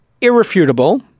irrefutable